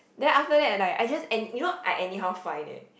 then after that like I just any you know I anyhow find eh